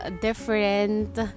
different